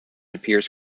appears